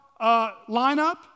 lineup